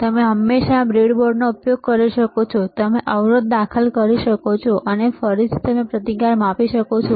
તમે હંમેશા બ્રેડબોર્ડનો ઉપયોગ કરી શકો છો અને તમે અવરોધ દાખલ કરી શકો છો અને પછી તમે ફરીથી પ્રતિકાર માપી શકો છો